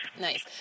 nice